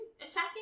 attacking